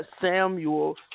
Samuel